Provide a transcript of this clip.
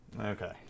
Okay